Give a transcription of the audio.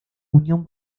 unión